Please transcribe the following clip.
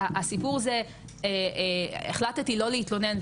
הסיפור זה 'החלטתי לא להתלונן',